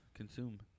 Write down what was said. consume